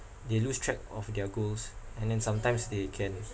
they lose track of their goals and then sometimes they can